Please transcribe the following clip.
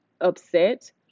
upset